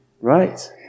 right